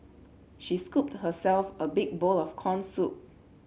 she scooped herself a big bowl of corn soup